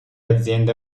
aziende